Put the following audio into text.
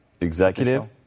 executive